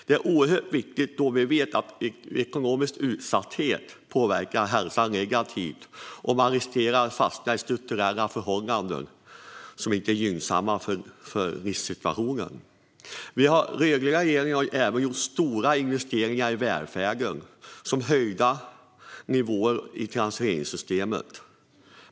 Det är oerhört viktigt då vi vet att ekonomisk utsatthet påverkar hälsan negativt och att man riskerar fastna i strukturella förhållanden som inte är gynnsamma för livssituationen. Den rödgröna regeringen har även gjort stora investeringar i välfärden, som höjda nivåer i transfereringssystemet.